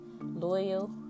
loyal